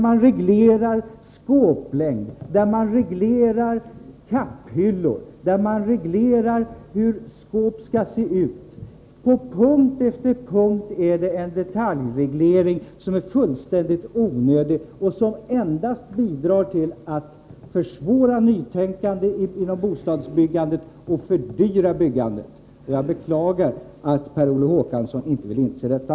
Man reglerar skåplängd, kapphyllor, hur skåp skall se ut. På punkt efter punkt är det en detaljreglering som är fullständigt onödig och endast bidrar till att försvåra nytänkande inom bostadsbyggandet och fördyra byggandet. Jag beklagar att Per Olof Håkansson inte vill inse detta.